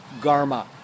Garma